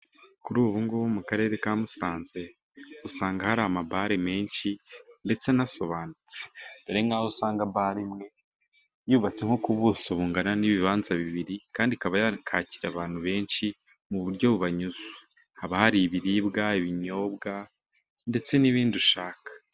kuri ubu ngubu mu karere ka Musanze , usanga hari amabare menshi, ndetse anasobanutse . Dore nk'aho usanga bare imwe yubatse nko ku buso bungana n'ibibanza bibiri , kandi ikaba yakwakira abantu benshi mu buryo bubanyuze. Haba hari ibiribwa , ibinyobwa ndetse n'ibindi ushaka.